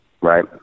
Right